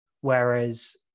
whereas